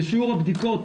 שיעור הבדיקות